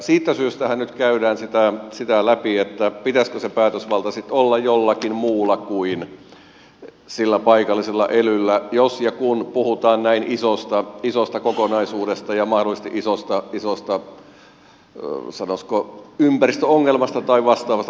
siitä syystähän nyt käydään sitä läpi pitäisikö sen päätösvallan sitten olla jollakin muulla kuin sillä paikallisella elyllä jos ja kun puhutaan näin isosta kokonaisuudesta ja mahdollisesti isosta sanoisiko ympäristöongelmasta tai vastaavasta tapahtumaketjusta